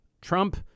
trump